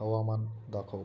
हवामान दाखव